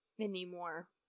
anymore